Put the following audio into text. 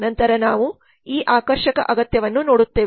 ನಂತರ ನಾವು ಈ ಆಕರ್ಷಕ ಅಗತ್ಯವನ್ನು ನೋಡುತ್ತೇವೆ